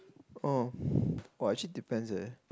orh actually depends eh